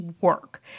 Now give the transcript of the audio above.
work